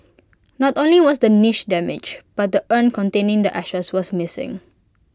not only was the niche damaged but the urn containing the ashes was missing